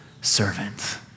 servant